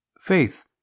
faith